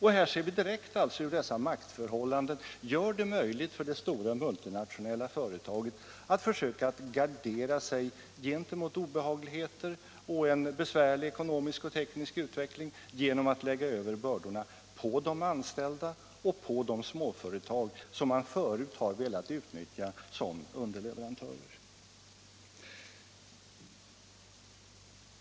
= Här ser vi direkt hur dessa maktförhållanden gör det möjligt för det Om åtgärder för att stora multinationella företaget att försöka gardera sig gentemot obehag = hindra kapitalexligheter och en besvärlig ekonomisk och teknisk utveckling genom att = port och industriutlägga över bördorna på de anställda och på de småföretag som man förut = flyttning har velat utnyttja som underleverantörer.